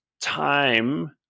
time